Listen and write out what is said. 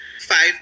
five